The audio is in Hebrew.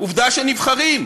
עובדה שנבחרים.